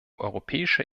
europäischer